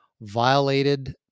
violated